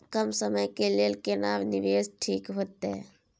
कम समय के लेल केना निवेश ठीक होते?